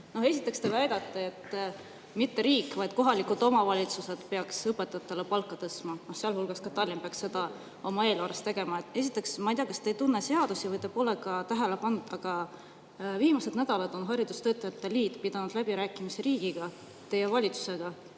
Esiteks, te väidate, et mitte riik, vaid kohalikud omavalitsused peaks õpetajate palka tõstma, sealhulgas peaks Tallinn seda oma eelarvest tegema. Ma ei tea, kas te ei tunne seadusi või te pole tähele pannud, aga viimased nädalad on haridustöötajate liit pidanud läbirääkimisi riigiga, teie valitsusega,